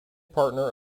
partner